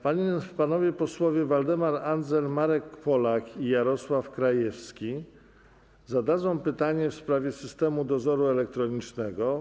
Panowie posłowie Waldemar Andzel, Marek Polak i Jarosław Krajewski zadadzą pytanie w sprawie systemu dozoru elektronicznego.